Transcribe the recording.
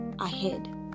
ahead